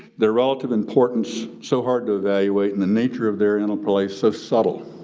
their relative importance so hard to evaluate and the nature of their interplay so subtle.